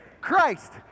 Christ